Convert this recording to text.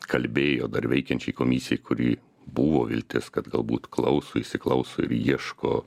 kalbėjo dar veikiančiai komisijai kuri buvo viltis kad galbūt klauso įsiklauso ir ieško